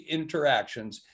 interactions